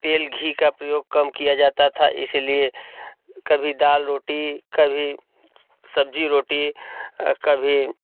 तेल घी का प्रयोग कम किया जाता था इसलिए कभी दाल रोटी कभी सब्ज़ी रोटी कभी